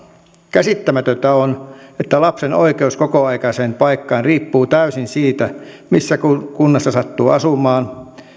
käsittämätöntä on että lapsen oikeus kokoaikaiseen paikkaan riippuu täysin siitä missä kunnassa sattuu asumaan